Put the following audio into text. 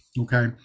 Okay